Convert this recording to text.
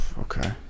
Okay